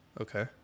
Okay